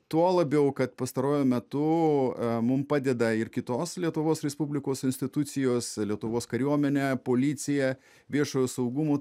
tuo labiau kad pastaruoju metu mum padeda ir kitos lietuvos respublikos institucijos lietuvos kariuomenė policija viešojo saugumo